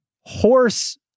Horse